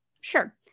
sure